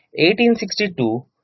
1862